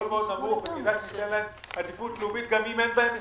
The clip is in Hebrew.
מאוד נמוך וכדאי שניתן להן עדיפות לאומית גם אם אין בהן מסתננים?